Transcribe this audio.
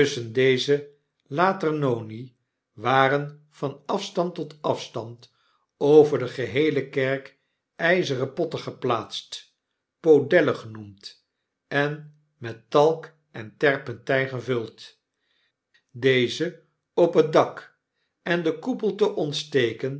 tusschen deze laternoni waren van afstand tot afstand over de geheele kerk yzeren potten geplaatst podelle genoemd en met talk en terpentyn gevuld deze op het dak en den koepel te ontsteken